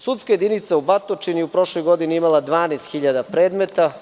Sudska jedinica u Batočini je prošle godine imala 12.000 predmeta.